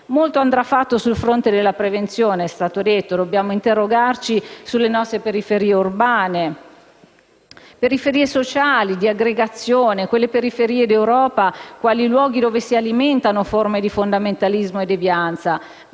Molto andrà fatto sul fronte della prevenzione; dobbiamo interrogarci sulle nostre periferie urbane, periferie sociali e di aggregazione, quelle periferie d'Europa quali luoghi dove si alimentano forme di fondamentalismo e devianza,